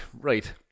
right